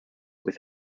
with